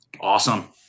Awesome